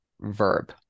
verb